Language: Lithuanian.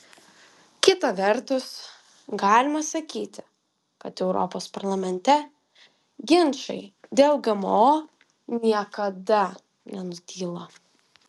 kita vertus galima sakyti kad europos parlamente ginčai dėl gmo niekada nenutyla